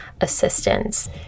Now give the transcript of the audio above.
assistance